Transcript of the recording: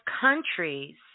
countries